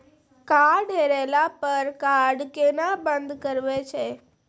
Card हेरैला पर card केना बंद करबै छै?